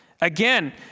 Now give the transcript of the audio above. Again